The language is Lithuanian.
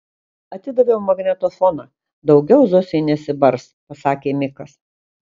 atidaviau magnetofoną daugiau zosė nesibars pasakė mikas